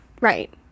Right